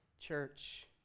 church